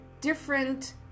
different